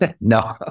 No